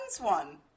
one